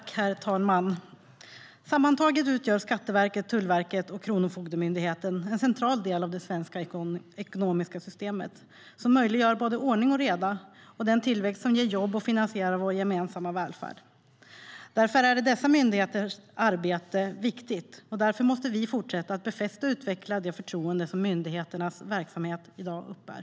Herr talman! Sammantaget utgör Skatteverket, Tullverket och Kronofogdemyndigheten en central del av det svenska ekonomiska system som möjliggör både ordning och reda och den tillväxt som ger jobb och finansierar vår gemensamma välfärd. Därför är dessa myndigheters arbete viktigt, och därför måste vi fortsätta att befästa och utveckla det förtroende myndigheternas verksamhet i dag uppbär.